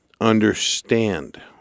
understand